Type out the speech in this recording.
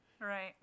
Right